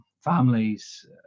families